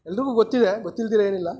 ಎಲ್ರಿಗೂ ಗೊತ್ತಿದೆ ಗೊತ್ತಿಲ್ದಿದ್ರೆ ಏನಿಲ್ಲ